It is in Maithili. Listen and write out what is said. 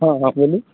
हॅं हॅं बोलू